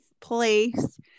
place